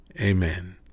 amen